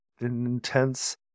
intense